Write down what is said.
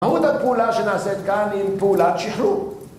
מהו את הפעולה שנעשית כאן עם פעולת שחרור?